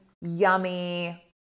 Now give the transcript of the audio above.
yummy